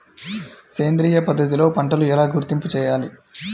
సేంద్రియ పద్ధతిలో పంటలు ఎలా గుర్తింపు చేయాలి?